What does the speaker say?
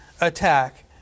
attack